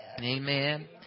Amen